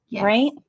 Right